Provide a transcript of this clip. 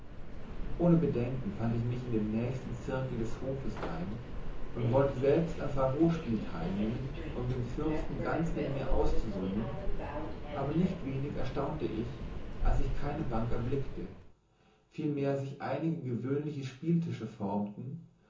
ohne bedenken fand ich mich in dem nächsten zirkel des hofes ein und wollte selbst am pharospiel teilnehmen um den fürsten ganz mit mir auszusöhnen aber nicht wenig erstaunte ich als ich keine bank erblickte vielmehr sich einige gewöhnliche spieltische formten